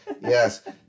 yes